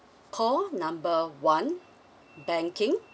call number one banking